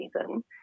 season